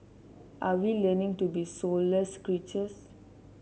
are we learning to be soulless creatures